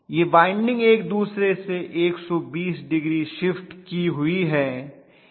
यह वाइंडिंग एक दुसरे से 120 डिग्री की हुई हैं